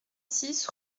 six